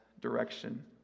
direction